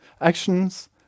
actions